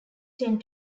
tend